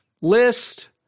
list